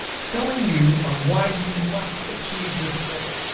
selling you on why you must achieve this goal.